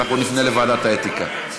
אנחנו נפנה לוועדת האתיקה.